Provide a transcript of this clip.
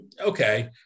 okay